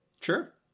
Sure